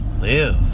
live